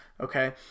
okay